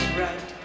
right